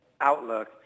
outlook